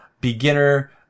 beginner